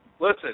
Listen